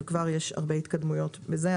וכבר יש הרבה התקדמות בזה.